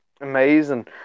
amazing